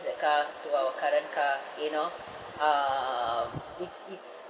that car to our current car you know um it's it's